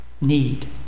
Need